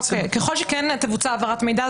ככל שתבוצע העברת מידע,